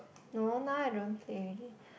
no now I don't play already